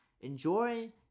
Enjoy